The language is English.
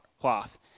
cloth